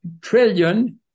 trillion